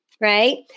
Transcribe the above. right